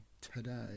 today